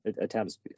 attempts